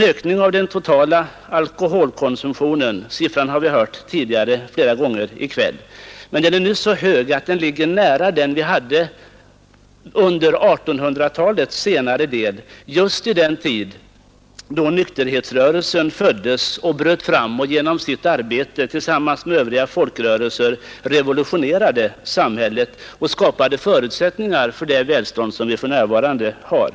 Den totala alkoholkonsumtionen per invånare — siffran har vi hört tidigare flera gånger — är nu så hög att den ligger nära den vi hade under 1800-talets senare del, just i den tid då nykterhetsrörelsen föddes och bröt fram och genom sitt arbete tillsammans med övriga folkrörelser revolutionerade samhället och skapade förutsättningar för det välstånd som vi för närvarande har.